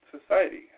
society